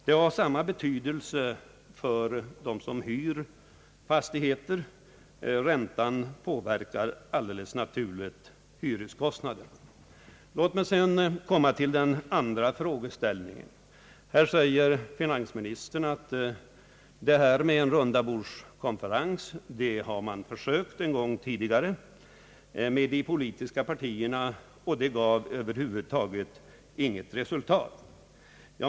Den höga räntan påverkar helt naturligt också hyreskostnaderna, varför en diskontosänkning har stor betydelse även för dem som hyr fastigheter och lägenheter. Så kommer jag till den andra frågeställningen. Finansministern säger, att man en gång tidigare har prövat en rundabordskonferens med de politiska partierna men att den över huvud taget inte gav något resultat.